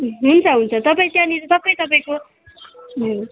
हुन्छ हुन्छ तपाईँ त्यहाँनिर सबै तपाईँको